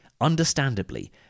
understandably